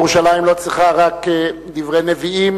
ירושלים לא צריכה רק דברי נביאים,